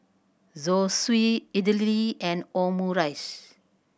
Zosui Idili and Omurice